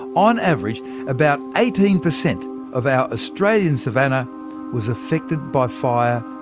on average about eighteen per cent of our australian savanna was affected by fire.